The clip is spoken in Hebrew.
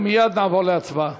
ומייד נעבור להצבעה.